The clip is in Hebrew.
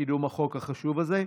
לקידום החוק החשוב הזה.